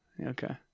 okay